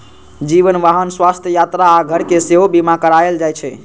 जीवन, वाहन, स्वास्थ्य, यात्रा आ घर के सेहो बीमा कराएल जाइ छै